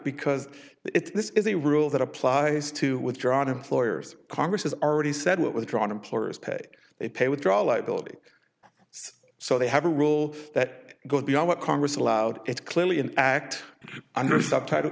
because it's this is a rule that applies to withdrawn employers congress has already said it was drawn employers pay they pay withdraw liability so they have a rule that goes beyond what congress allowed it's clearly an act under subtitle